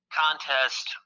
contest